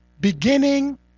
beginning